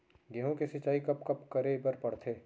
गेहूँ के सिंचाई कब कब करे बर पड़थे?